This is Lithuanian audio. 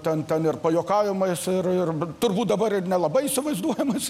ten ten ir pajuokavimais ir turbūt dabar ir nelabai įsivaizduodamais